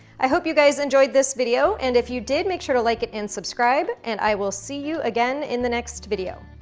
i hope you guys enjoyed this video, and if you did, make sure to like it and subscribe, and i will see you again in the next video.